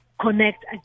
connect